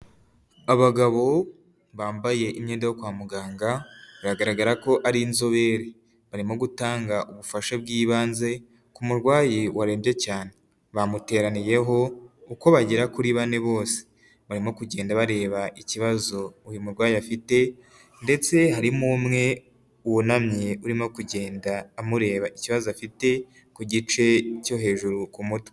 Abagabo bambaye imyenda yo kwa muganga, biragaragara ko ari inzobere, barimo gutanga ubufasha bw'ibanze ku murwayi warembye cyane. Bamuteraniyeho uko bagera kuri bane bose, barimo kugenda bareba ikibazo uyu murwayi afite ndetse harimo umwe wunamye urimo kugenda amureba ikibazo afite ku gice cyo hejuru ku mutwe.